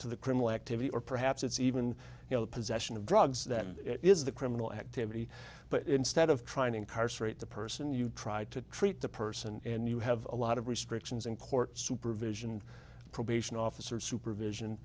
to the criminal activity or perhaps it's even you know the possession of drugs that is the criminal activity but instead of trying to incarcerate the person you try to treat the person and you have a lot of restrictions in court supervision and probation officer supervision